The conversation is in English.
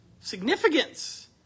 significance